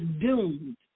doomed